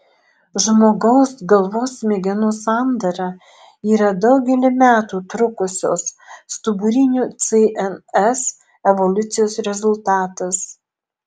žmogaus galvos smegenų sandara yra daugelį metų trukusios stuburinių cns evoliucijos rezultatas